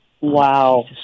Wow